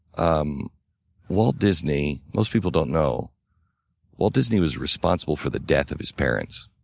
um walt disney, most people don't know walt disney was responsible for the death of his parents.